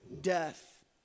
death